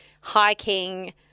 hiking